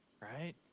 right